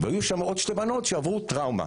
והיו שם עוד שתי בנות שעברו טראומה: